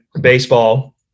baseball